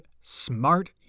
smart